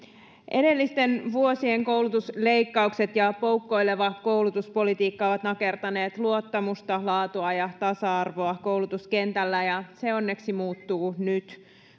edellisten vuosien koulutusleikkaukset ja poukkoileva koulutuspolitiikka ovat nakertaneet luottamusta laatua ja tasa arvoa koulutuskentällä ja se onneksi muuttuu nyt